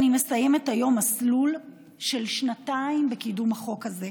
אני מסיימת היום מסלול של שנתיים בקידום החוק הזה.